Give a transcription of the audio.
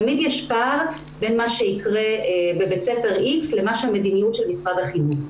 תמיד יש פער בין מה שיקרה בבית ספר איקס לבין המדיניות של משרד החינוך.